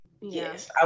yes